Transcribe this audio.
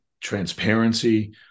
transparency